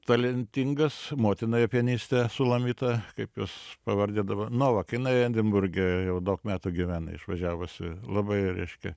talentingas motina jo pianistė sulamita kaip jos pavardė daba nu va ka jinai edinburge jau daug metų gyvena išvažiavusi labai reiškia